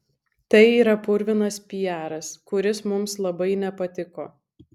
tai yra purvinas piaras kuris mums labai nepatiko